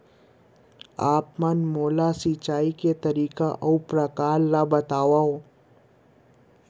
आप मन मोला सिंचाई के तरीका अऊ प्रकार ल बतावव?